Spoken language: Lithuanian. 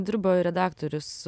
dirbo ir redaktorius